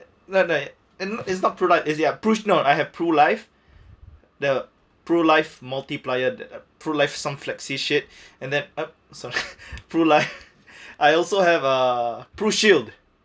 no no in is not pru night is ya personal I have pru life the pru life multiplier the pru life some flexi shit and then sorry pru life I also have uh pru shield